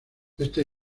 esta